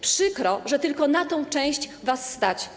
Przykro, że tylko na tę część was stać.